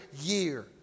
year